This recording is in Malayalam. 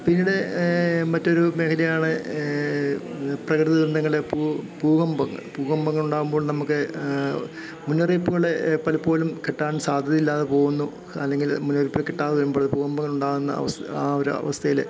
പിന്നീട് മറ്റൊരു മേഖലയാണ് പ്രകൃതി ദുരന്തങ്ങളിൽ ഭൂകമ്പങ്ങൾ ഭൂകമ്പങ്ങളുണ്ടാവുമ്പോൾ നമുക്ക് മുന്നറിയിപ്പുകൾ പലപ്പോഴും കിട്ടാൻ സാധ്യതയില്ലാതെ പോകുന്നു അല്ലെങ്കിൽ മുന്നറിയിപ്പ് കിട്ടാതെ വരുമ്പോൾ ഭൂകമ്പങ്ങൾ ഉണ്ടാകുന്ന ആ ഒരു അവസ്ഥയിൽ